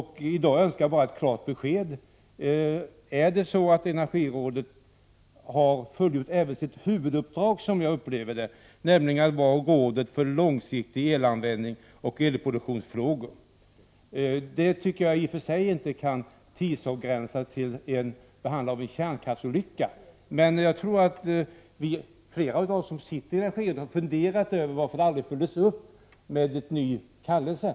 I dag önskar jag bara ett klart besked. Har energirådet fullgjort även sitt, som jag uppfattar det, huvuduppdrag, nämligen att vara ett råd för långsiktig energianvändning och för elproduktionsfrågor. Det uppdraget kan enligt min mening i och för sig inte tidsavgränsas till frågor kring en kärnkraftsolycka. Flera av oss som ingår i energirådet har funderat över varför brevet aldrig följdes upp med en ny kallelse.